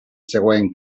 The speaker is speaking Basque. zegoen